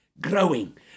growing